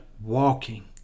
walking